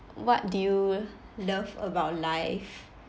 what do you love about life